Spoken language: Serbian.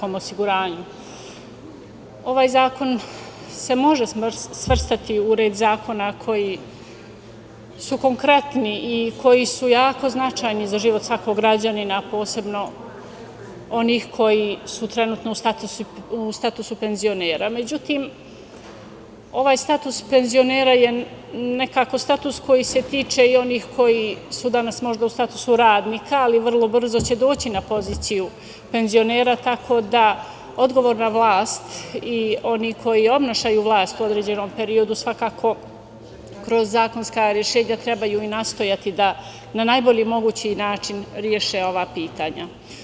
Ovaj zakon se može svrstati u red zakona koji su konkretni i koji su jako značajni za život svakog građanina, posebno onih koji su trenutno u statusu penzionera, međutim, ovaj status penzionera je nekako status koji se tiče i onih koji su danas možda u statusu radnika, ali će vrlo brzo doći na poziciju penzionera, tako da odgovorna vlast i oni koji oponašaju vlast u određenom periodu svakako kroz zakonska rešenja trebaju nastojati da najbolji mogući način reše ova pitanja.